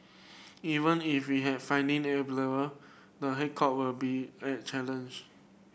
even if we had funding the headcount will be a challenge